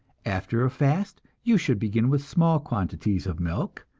after a fast you should begin with small quantities of milk,